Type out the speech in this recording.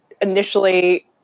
initially